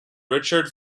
richard